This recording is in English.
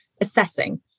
assessing